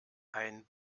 ein